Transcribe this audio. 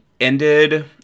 ended